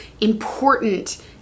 important